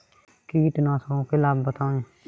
कीटनाशकों के लाभ बताएँ?